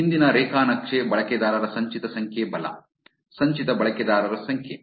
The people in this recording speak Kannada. ಹಿಂದಿನ ರೇಖಾ ನಕ್ಷೆ ಬಳಕೆದಾರರ ಸಂಚಿತ ಸಂಖ್ಯೆ ಬಲ ಸಂಚಿತ ಬಳಕೆದಾರರ ಸಂಖ್ಯೆ